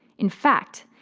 in fact,